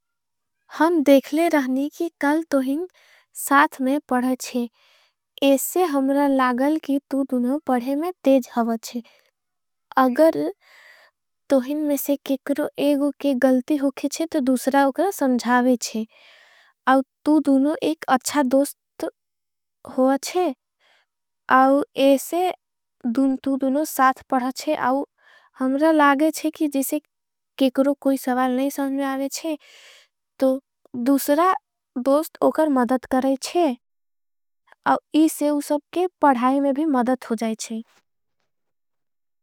हम देखले रहनी कि कल तोहिंग साथ में पढ़ाच्ये। इससे हमरा लागल कि तू दूनों पढ़े में तेज हवाच्ये। अगर तोहिंग मेंसे केकरो एगो के गल्ती होखेच्ये। तो दूसरा उकरा समझावेच्ये अगर तू दूनों एक। अच्छा दोस्त होखेच्ये तू दूनों साथ पढ़ेच्ये हमरा। लागल कि केकरो कोई सवाल नहीं समझावेच्ये। तो दूसरा दोस्त उकर मदद करेच्ये। इससे उसके पढ़ाई में भी मदद हो जाएच्ये।